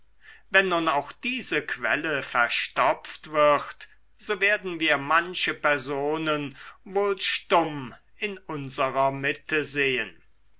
wenn nun auch diese quelle verstopft wird so werden wir manche personen wohl stumm in unserer mitte sehen